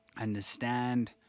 understand